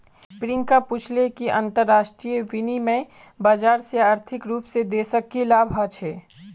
प्रियंका पूछले कि अंतरराष्ट्रीय विनिमय बाजार से आर्थिक रूप से देशक की लाभ ह छे